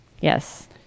Yes